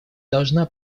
должна